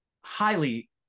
highly